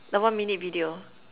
the one minute video